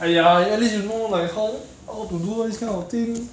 !aiya! but at least you know like how how to do all these kind of thing